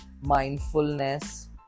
mindfulness